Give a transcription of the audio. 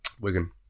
Wigan